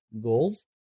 goals